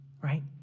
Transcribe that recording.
right